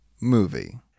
movie